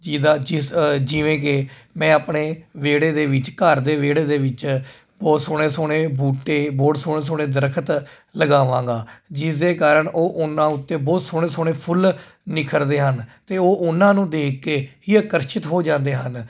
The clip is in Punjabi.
ਜਿਹਦਾ ਜਿਸ ਜਿਵੇਂ ਕਿ ਮੈਂ ਆਪਣੇ ਵਿਹੜੇ ਦੇ ਵਿੱਚ ਘਰ ਦੇ ਵਿਹੜੇ ਦੇ ਵਿੱਚ ਬਹੁਤ ਸੋਹਣੇ ਬੂਟੇ ਬਹੁਤ ਸੋਹਣੇ ਸੋਹਣੇ ਦਰਖ਼ਤ ਲਗਾਵਾਂਗਾ ਜਿਸ ਦੇ ਕਾਰਨ ਉਹ ਉਨ੍ਹਾਂ ਉੱਤੇ ਬਹੁਤ ਸੋਹਣੇ ਸੋਹਣੇ ਫੁੱਲ ਨਿਖਰਦੇ ਹਨ ਅਤੇ ਉਹ ਉਹਨਾਂ ਨੂੰ ਦੇਖ ਕੇ ਹੀ ਅਕਰਸ਼ਿਤ ਹੋ ਜਾਂਦੇ ਹਨ